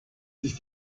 sich